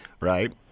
Right